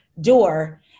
door